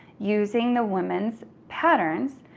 using the women's patterns,